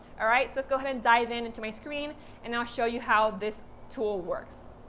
ah right. so let's go ahead and dive in into my screen and i'll show you how this tool works.